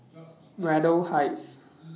Braddell Heights